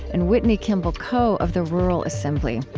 and whitney kimball coe of the rural assembly.